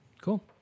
Cool